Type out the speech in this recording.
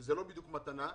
שזה לא בדיוק מתנה,